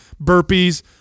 burpees